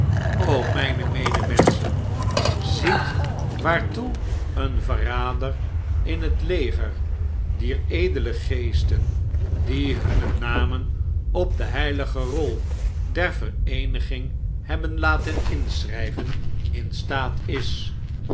mijne medemenschen ziet waartoe een verrader in het leger dier edele geesten die hunne namen op de heilige rol der vereeniging hebben laten inschrijven in staat is